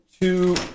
two